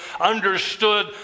understood